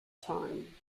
time